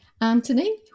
anthony